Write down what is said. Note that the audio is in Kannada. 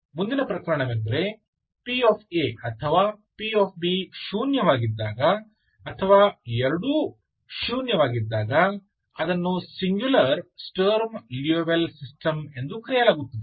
ಮುಂದಿನ ಪ್ರಕರಣವೆಂದರೆ pa ಅಥವಾ pb ಶೂನ್ಯವಾಗಿದ್ದಾಗ ಅಥವಾ ಎರಡೂ ಶೂನ್ಯವಾಗಿದ್ದಾಗ ಅದನ್ನು ಸಿಂಗುಲರ್ ಸ್ಟರ್ಮ್ ಲಿಯೋವಿಲ್ಲೆ ಸಿಸ್ಟಮ್ ಎಂದು ಕರೆಯಲಾಗುತ್ತದೆ